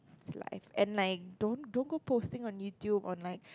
it's life and like don't don't go posting on YouTube on like